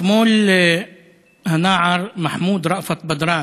אתמול הנער מחמוד ראפת בדראן,